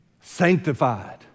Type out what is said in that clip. sanctified